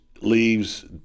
leaves